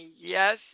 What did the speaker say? yes